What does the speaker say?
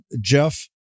jeff